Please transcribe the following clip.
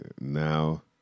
Now